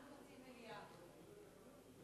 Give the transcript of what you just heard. אנחנו מציעים מליאה.